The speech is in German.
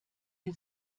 wir